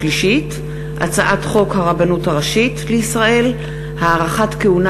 הצעת חוק הרבנות הראשית לישראל (הארכת כהונה